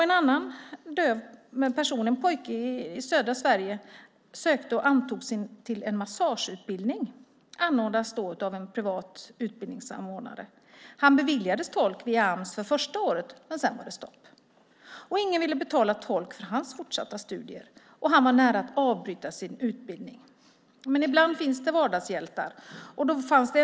En döv pojke i södra Sverige sökte och antogs till en massageutbildning anordnad av en privat utbildningsanordnare. Han beviljades tolk via Ams för det första året, men sedan var det stopp. Ingen ville betala tolk för hans fortsatta studier, och han vara nära att avbryta sin utbildning. Men ibland finns det vardagshjältar.